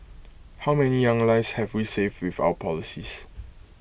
how many young lives have we saved with our policies